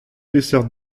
peseurt